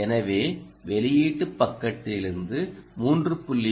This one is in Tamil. எனவே வெளியீட்டு பக்கத்திலிருந்து 3